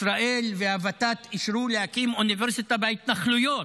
ישראל והוות"ת אישרו להקים אוניברסיטה בהתנחלויות,